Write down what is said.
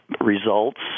results